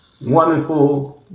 wonderful